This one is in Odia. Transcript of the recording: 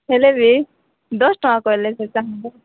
ହେଲେ ବି ଦଶ ଟଙ୍କା କହିଲେ ସେଇଟା ହେବ